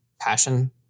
passion